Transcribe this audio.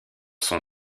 son